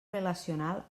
relacional